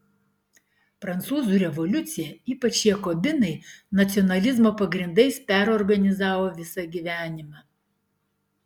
prancūzų revoliucija ypač jakobinai nacionalizmo pagrindais perorganizavo visą gyvenimą